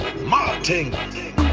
Martin